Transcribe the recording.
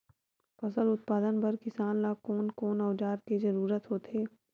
फसल उत्पादन बर किसान ला कोन कोन औजार के जरूरत होथे?